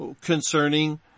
concerning